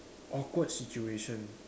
awkward situation